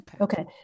Okay